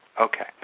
Okay